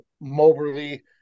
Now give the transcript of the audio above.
Moberly